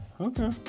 okay